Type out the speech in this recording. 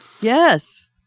yes